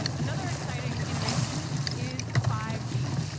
another exciting innovation is five g.